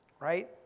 right